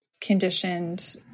conditioned